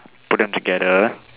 put them together